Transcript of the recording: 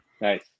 Nice